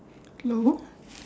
hello